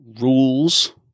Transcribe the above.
rules